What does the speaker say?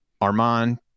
Armand